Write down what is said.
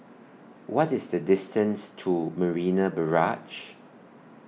What IS The distance to Marina Barrage